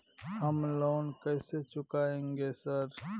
हम लोन कैसे चुकाएंगे सर?